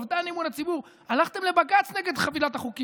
אני לא אנאם חודש במליאה.